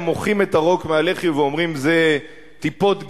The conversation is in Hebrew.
הם מוחים את הרוק מהלחי ואומרים שזה טיפות גשם.